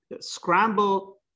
scramble